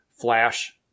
Flash